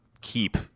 keep